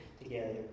together